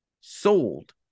sold